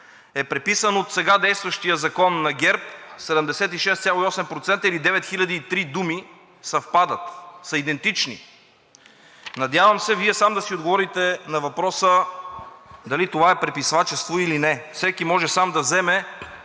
е преписан от сега действащия закон на ГЕРБ – 76,8% или девет хиляди и три думи съвпадат и са идентични. Надявам се, Вие сам да си отговорите на въпроса дали това е преписвачество или не. Всеки може сам да вземе